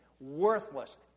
worthless